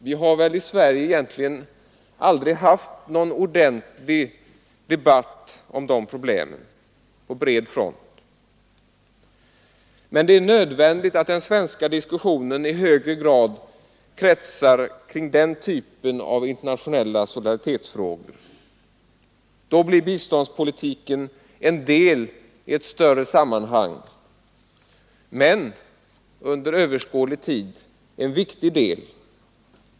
Vi har i Sverige egentligen aldrig haft någon ordentlig debatt om de problemen på bred front. Men det är nödvändigt att den svenska diskussionen i högre grad kretsar kring den typen av internationella solidaritetsfrågor. Då blir biståndspolitiken en del i ett större sammanhang — men under överskådlig tid en viktig del.